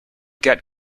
get